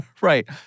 Right